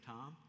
Tom